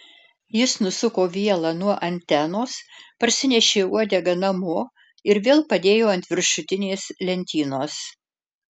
jis nusuko vielą nuo antenos parsinešė uodegą namo ir vėl padėjo ant viršutinės lentynos